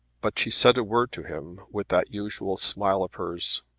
but she said a word to him with that usual smile of hers.